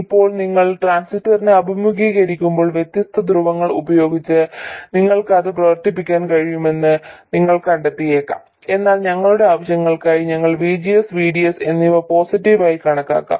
ഇപ്പോൾ നിങ്ങൾ ട്രാൻസിസ്റ്ററിനെ അഭിമുഖീകരിക്കുമ്പോൾ വ്യത്യസ്ത ധ്രുവങ്ങൾ ഉപയോഗിച്ച് നിങ്ങൾക്ക് അത് പ്രവർത്തിപ്പിക്കാൻ കഴിയുമെന്ന് നിങ്ങൾ കണ്ടെത്തിയേക്കാം എന്നാൽ ഞങ്ങളുടെ ആവശ്യങ്ങൾക്കായി ഞങ്ങൾ VGS VDS എന്നിവ പോസിറ്റീവ് ആയി കണക്കാക്കും